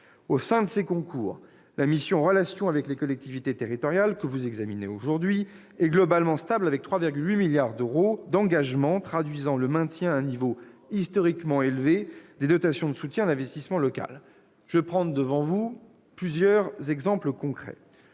Au sein de ces concours, la mission « Relations avec les collectivités territoriales », que vous examinez aujourd'hui, est globalement stable, avec 3,8 milliards d'euros en autorisations d'engagement, traduisant le maintien à un niveau historiquement élevé des dotations de soutien à l'investissement local. Je prendrai devant vous plusieurs exemples concrets.